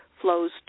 flows